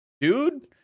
dude